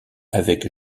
avec